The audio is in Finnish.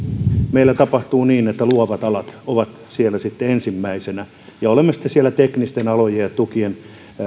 meillä tapahtuu niin että luovat alat ovat siellä sitten ensimmäisenä ja olemme sitten siellä teknisten alojen ja tukien